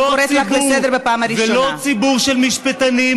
ולא ציבור של משפטנים,